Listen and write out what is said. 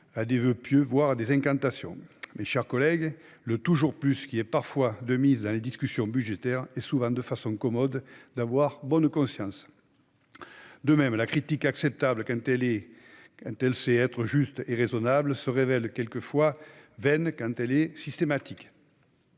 de voeux pieux ou d'incantations. Mes chers collègues, le « toujours plus » qui est parfois de mise dans les discussions budgétaires est souvent une façon commode de se donner bonne conscience. De même, la critique, acceptable quand elle est juste et raisonnable, se révèle vaine lorsqu'elle devient systématique.